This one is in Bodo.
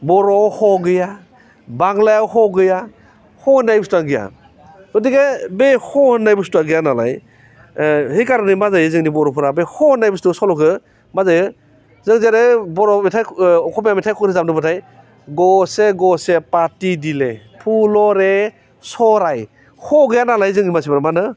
बर'आव ह गैया बांग्लायाव ह गैया ह होन्नाय बुस्थुवा गैया गथिखे बे ह होन्नाय बुस्थुवा गैया नालाय है खार'ने मा जायो जोंनि बर'फोरा बे ह होन्नाय बुस्थुखौ सल'खौ मा जायो जों जेरै बर' मेथाइ अस'मिया मेथाइ खन रोजाबनो बाथाय ग से गसेब पाति दिले फुल'रे सराय ह गैया नालाय जोंनि मानसिफ्रा मा होनो